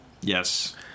Yes